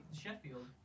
Sheffield